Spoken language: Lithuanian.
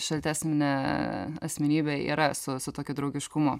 šaltesne asmenybė yra su su tokiu draugiškumu